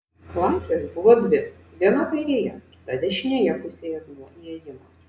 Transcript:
klasės buvo dvi viena kairėje kita dešinėje pusėje nuo įėjimo